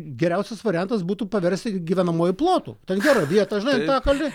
geriausias variantas būtų paversti gyvenamuoju plotu ten gera vieta žinai antakalny